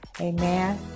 amen